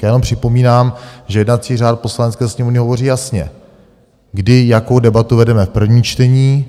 Tak já jenom připomínám, že jednací řád Poslanecké sněmovny hovoří jasně, kdy, jakou debatu vedeme v prvním čtení.